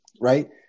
right